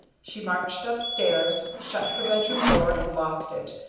she marched upstairs, shut her bedroom door and locked it,